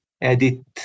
edit